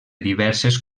diverses